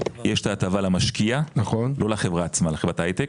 יש את ההטבה למשקיע לא לחברה עצמה לחברת הייטק,